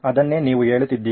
ಅದನ್ನೇ ನೀವು ಹೇಳುತ್ತಿದ್ದೀರಿ